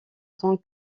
tant